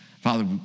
Father